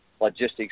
logistics